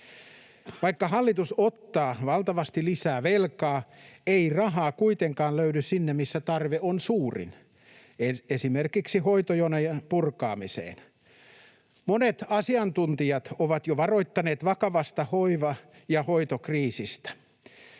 Vaikka hallitus ottaa valtavasti lisää velkaa, ei rahaa kuitenkaan löydy sinne, missä tarve on suurin, esimerkiksi hoitojonojen purkamiseen. Monet asiantuntijat ovat jo varoittaneet vakavasta hoiva‑ ja hoitokriisistä.